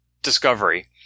discovery